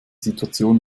situation